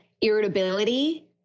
irritability